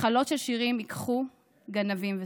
התחלות של שירים ייקחו גנבים וסוף.